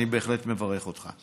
אני בהחלט מברך אותך.